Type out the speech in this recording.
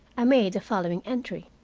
i made the following entry